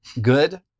good